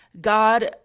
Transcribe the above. God